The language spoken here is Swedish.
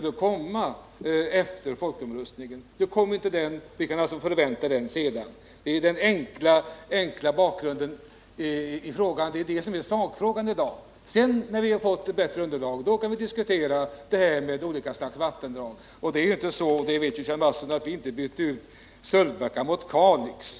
Den redovisningen har alltså inte kommit, utan vi kan förvänta oss den senare. Det är den enkla bakgrunden, och det är detta som är sakfrågan i dag. När vi har fått ett bättre underlag, då kan vi diskutera frågan om olika vattendrag. Här vill jag säga att det inte är så — och det vet Kjell Mattsson — att vi ville byta ut Sölvbacka mot Kalixälven.